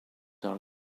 are